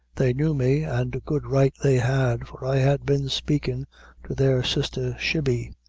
they knew me, and good right they had, for i had been spakin' to their sister shibby,